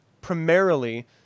primarily